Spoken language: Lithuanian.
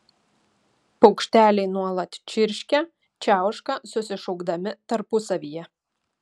paukšteliai nuolat čirškia čiauška susišaukdami tarpusavyje